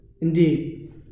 Indeed